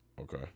Okay